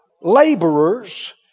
laborers